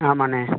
ஆமாம்ண்ணே